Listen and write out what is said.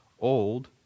old